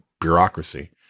bureaucracy